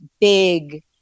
big